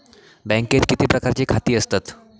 बँकेत किती प्रकारची खाती असतत?